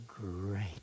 great